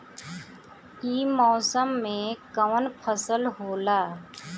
ई मौसम में कवन फसल होला?